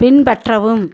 பின்பற்றவும்